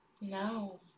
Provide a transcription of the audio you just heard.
No